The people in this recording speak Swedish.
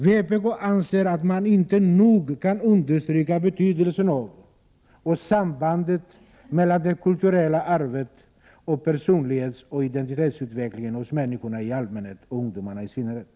Vpk anser att man inte nog kan understryka betydelsen av och sambandet mellan det kulturella arvet och personlighetsoch identitetsutvecklingen hos människorna i allmänhet och ungdomarna i synnerhet.